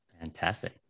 Fantastic